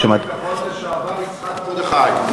גם שר הביטחון לשעבר יצחק מרדכי.